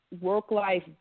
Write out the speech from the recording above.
work-life